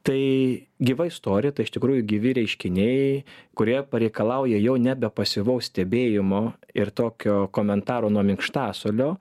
tai gyva istorija tai iš tikrųjų gyvi reiškiniai kurie pareikalauja jau nebe pasyvaus stebėjimo ir tokio komentaro nuo minkštasuolio